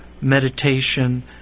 meditation